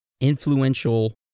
influential